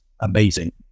amazing